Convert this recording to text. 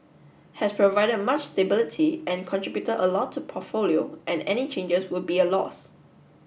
has provided much stability and contributed a lot to the portfolio and any changes would be a loss